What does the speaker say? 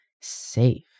safe